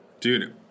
dude